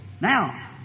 Now